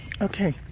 Okay